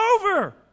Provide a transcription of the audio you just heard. over